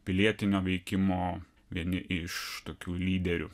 pilietinio veikimo vieni iš tokių lyderių